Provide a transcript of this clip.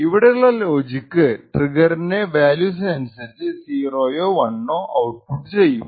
ഇവിടെയുള്ള ലോജിക് ട്രിഗറിന്റെ വാല്യൂവിനനുസരിച് 0 ഓ 1 ഓ ഔട്ട്പുട്ട് ചെയ്യും